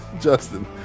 Justin